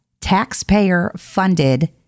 taxpayer-funded